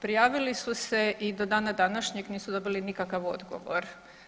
Prijavili su se i do dana današnjeg nisu dobili nikakav odgovor.